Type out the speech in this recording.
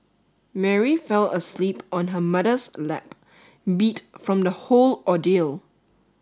Mary fell asleep on her mother's lap beat from the whole ordeal